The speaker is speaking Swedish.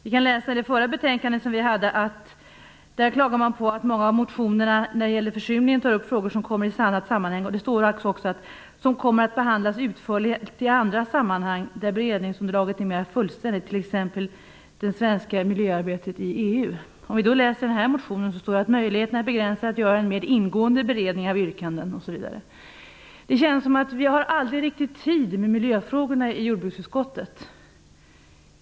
I det betänkande vi just behandlade klagar man på att många av motionerna om försurningen tar upp frågor som hör hemma i annat sammanhang. Man skriver att de kommer att behandlas utförligt i andra sammanhang där beredningsunderlaget är mera fullständigt, t.ex. i samband med frågan om det svenska miljöarbetet i EU. I detta betänkande står det att möjligheterna att göra en mer ingående beredning av yrkanden är begränsade osv. Det känns som om vi aldrig riktigt har tid med miljöfrågorna i jordbruksutskottet.